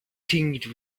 tinged